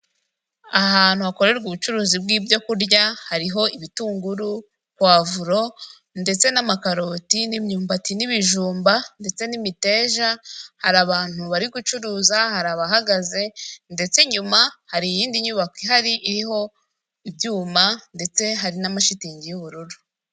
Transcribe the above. Ahantu hakorerwa ubucuruzi bw'ibyo kurya, hariho ibitunguru, puwavuro, ndetse n'amakaroti n'imyumbati n'ibijumba ndetse n'imiteja, hari abantu bari gucuruza hari abahagaze ndetse inyuma hari iyindi nyubako ihari iriho ibyuma ndetse hari n'amashitiningi y'ubururu.